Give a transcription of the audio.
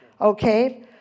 okay